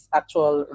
actual